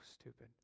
stupid